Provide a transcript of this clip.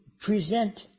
present